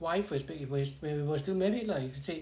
wife as big investment when you're still married lah if you said